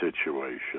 situation